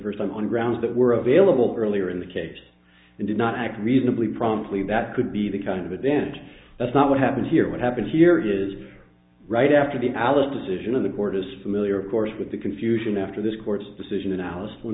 first time on grounds that were available earlier in the case and did not act reasonably promptly that could be the kind of event that's not what happened here what happened here is right after the alice decision of the court is familiar of course with the confusion after this court's decision a